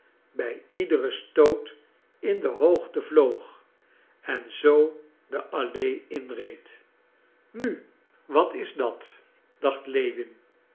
bij iederen stoot in de hoogte vloog en zoo de allee inreed nu wat is dat dacht lewin